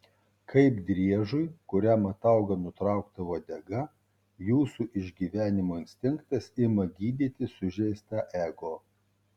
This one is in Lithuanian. kaip driežui kuriam atauga nutraukta uodega jūsų išgyvenimo instinktas ima gydyti sužeistą ego